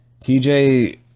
TJ